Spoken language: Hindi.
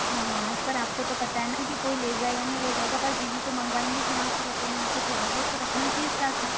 हाँ हाँ आज पर आप को तो पता है ना की कोई ले जाएगा नहीं ले जाएगा पर दीदी तो मँगवाएंगी यहाँ से लकड़ियाँ तो थोड़ा बहुत तो रखना चाहिए स्टॉक में